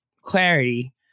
clarity